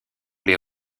les